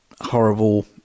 horrible